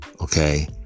okay